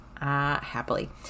Happily